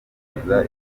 ibikorwa